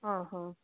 ಹಾಂ ಹಾಂ